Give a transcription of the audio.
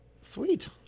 Sweet